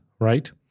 right